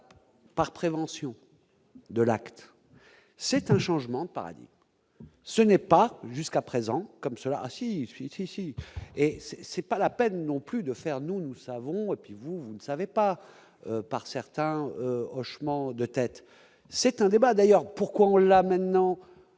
par prévention de l'acte, c'est un changement de paradis, ce n'est pas jusqu'à présent comme cela ainsi finissent ici et c'est pas la peine non plus de faire, nous, nous savons qui vous, vous ne savez pas par certains hochements de tête, c'est un débat d'ailleurs pourquoi on l'a maintenant